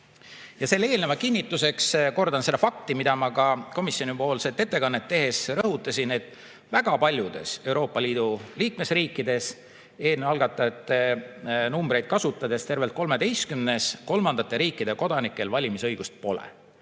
valimistel. Eelneva kinnituseks kordan seda fakti, mida ma ka komisjonipoolset ettekannet tehes rõhutasin: väga paljudes Euroopa Liidu liikmesriikides – eelnõu algatajate numbreid kasutades on neid tervelt 13 – kolmandate riikide kodanikel valimisõigust pole,